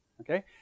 okay